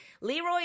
Leroy